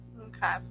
Okay